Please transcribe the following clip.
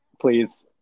Please